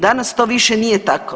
Danas to više nije tako.